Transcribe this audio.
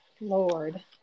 Lord